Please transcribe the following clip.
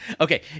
Okay